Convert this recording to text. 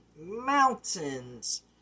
mountains